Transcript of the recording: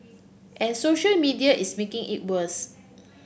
and social media is making it worse